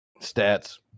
stats